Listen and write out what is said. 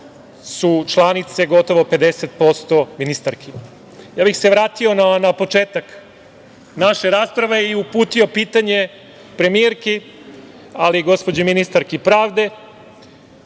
su članice gotovo 50% ministarke. Vratio bih se na početak naše rasprave i uputio pitanje premijerki, ali i gospođi ministarki